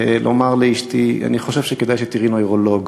לומר לאשתי: אני חושב שכדאי שתראי נוירולוג.